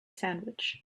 sandwich